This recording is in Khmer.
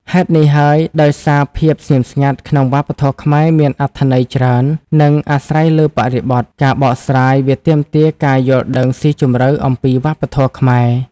ហេតុនេះហើយ ដោយសារភាពស្ងៀមស្ងាត់ក្នុងវប្បធម៌ខ្មែរមានអត្ថន័យច្រើន និងអាស្រ័យលើបរិបទ ការបកស្រាយវាទាមទារការយល់ដឹងស៊ីជម្រៅអំពីវប្បធម៌ខ្មែរ។